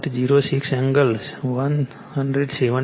06 angle 178